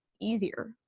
easier